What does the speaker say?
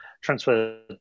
transfer